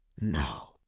No